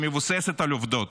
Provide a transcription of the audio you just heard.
שמבוססת על עובדות.